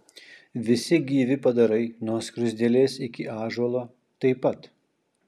visi gyvi padarai nuo skruzdėlės iki ąžuolo taip pat